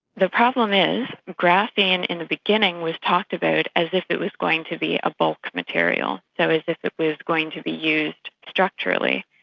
the problem is graphene in the beginning was talked about as if it was going to be a bulk material, so as if it was going to be used structurally,